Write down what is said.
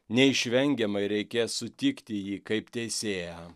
neišvengiamai reikės sutikti jį kaip teisėją